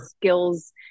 skills